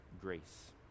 grace